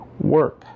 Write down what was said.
work